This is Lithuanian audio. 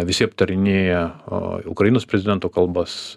visi aptarinėja ukrainos prezidento kalbas